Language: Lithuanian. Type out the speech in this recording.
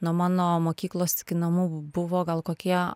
nuo mano mokyklos iki namų buvo gal kokie